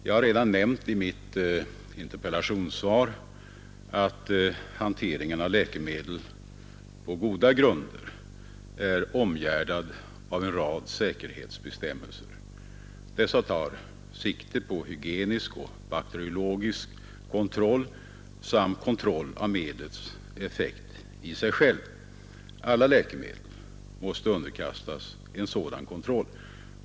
Jag har redan i mitt interpellationssvar nämnt att hanteringen av läkemedel på goda grunder är omgärdad av en rad säkerhetsbestämmelser. Dessa tar sikte på hygienisk och bakteriologisk kontroll samt kontroll av medlets effekt i sig själv. Alla läkemedel måste underkastas en sådan kontroll.